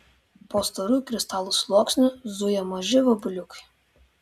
po storu kristalų sluoksniu zuja maži vabaliukai